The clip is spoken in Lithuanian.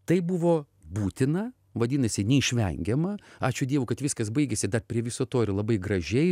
tai buvo būtina vadinasi neišvengiama ačiū dievui kad viskas baigėsi dar prie viso to ir labai gražiai